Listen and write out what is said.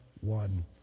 one